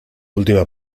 última